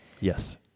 Yes